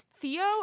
Theo